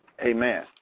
Amen